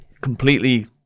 completely